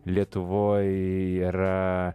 lietuvoj yra